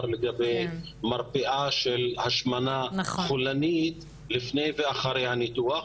לגבי מרפאה של השמנה חולנית לפני ואחרי הניתוח.